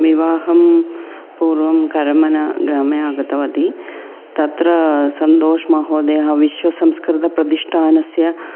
विवाहात् पूर्वं करमनग्रामे आगतवती तत्र सन्देशः महोदयः विश्वसंस्कृतप्रतिष्ठानस्य